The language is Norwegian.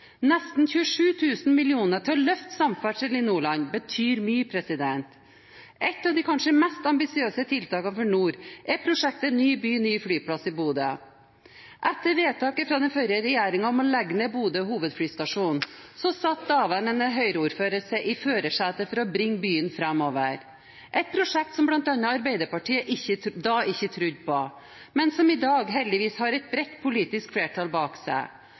Nesten 27 000 mill. kr til å løfte samferdselen i Nordland betyr mye. Et av de kanskje mest ambisiøse tiltakene for nord, er prosjektet «Ny by – ny flyplass» i Bodø. Etter vedtaket fra den forrige regjeringen om å legge ned Bodø hovedflystasjon, satte daværende Høyre-ordfører seg i førersetet for å bringe byen framover. Det er et prosjekt som bl.a. Arbeiderpartiet da ikke trodde på, men som i dag heldigvis har et bredt politisk flertall bak seg,